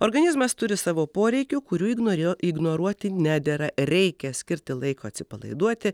organizmas turi savo poreikių kurių ignoriuo ignoruoti nedera reikia skirti laiko atsipalaiduoti